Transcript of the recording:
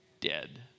dead